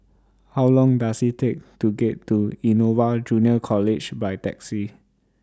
How Long Does IT Take to get to Innova Junior College By Taxi